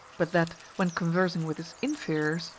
but that, when conversing with his inferiors,